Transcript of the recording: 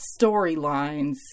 storylines